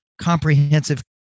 comprehensive